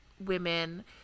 Women